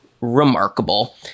remarkable